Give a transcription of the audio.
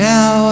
Now